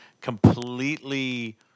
completely